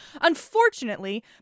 Unfortunately